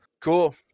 cool